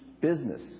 business